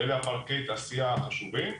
אלה פארקי התעשייה החשובה.